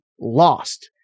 lost